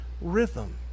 rhythm